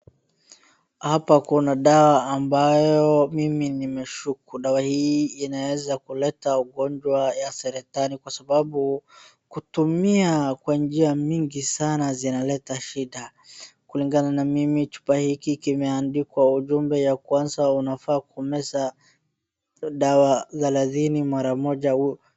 hapa kuna dawa ambayo mimi nimeshuku dawa hii inaeza kuleta ugonjwa ya saratani kwa sababu kutumia kwa njia mingi sana zinaleta shida kulingana na mimi chupa hiki kimeandikwa ujumbe ya kuanza unafaa kumeza dawa thelathini mara moja